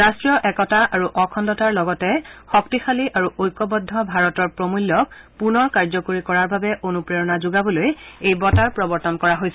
ৰাষ্ট্ৰীয় একতা আৰু অখণ্ডতাৰ লগতে শক্তিশালী আৰু ঐক্যবদ্ধ ভাৰতৰ প্ৰমূল্যক পূনৰ কাৰ্যকৰী কৰাৰ বাবে অনূপ্ৰেৰণা যোগাবলৈ এই বঁটাৰ প্ৰৱৰ্তন কৰা হৈছে